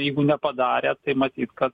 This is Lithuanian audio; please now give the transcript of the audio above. jeigu nepadarė tai matyt kad